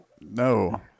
No